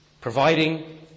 providing